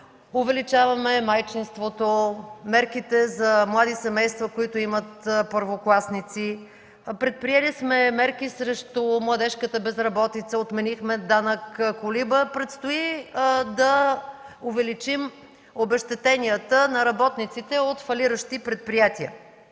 увеличаваме майчинството, мерките за млади семейства, които имат първокласници, предприели сме мерки срещу младежката безработица, отменихме данък „колиба”, предстои да увеличим обезщетенията на работниците от фалиращи предприятия.